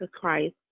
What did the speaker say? Christ